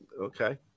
okay